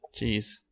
Jeez